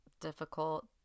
difficult